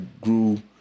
grew